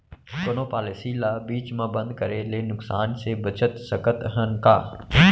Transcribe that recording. कोनो पॉलिसी ला बीच मा बंद करे ले नुकसान से बचत सकत हन का?